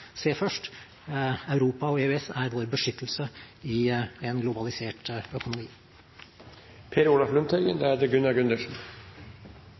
se på først. Europa og EØS er vår beskyttelse i en globalisert